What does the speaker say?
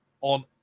on